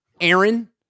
Aaron